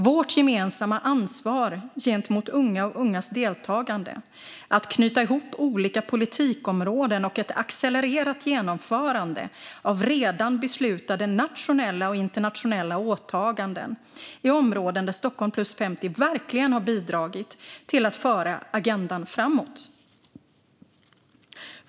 Vårt gemensamma ansvar gentemot unga och ungas deltagande, att knyta ihop olika politikområden och ett accelererat genomförande av redan beslutade nationella och internationella åtaganden är områden där Stockholm + 50 verkligen har bidragit till att föra agendan framåt.